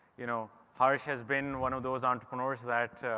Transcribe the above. you know, harsh has been one of those entrepreneurs that,